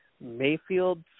Mayfield